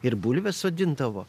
ir bulves sodindavo